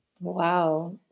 Wow